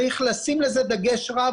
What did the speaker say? צריך לשים על זה דגש רב,